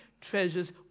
treasures